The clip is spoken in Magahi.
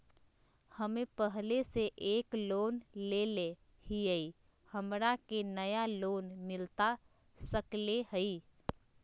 हमे पहले से एक लोन लेले हियई, हमरा के नया लोन मिलता सकले हई?